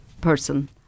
person